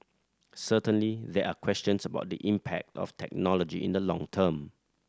certainly there are questions about the impact of technology in the long term